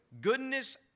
goodness